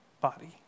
body